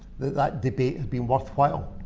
that that debate had been worthwhile.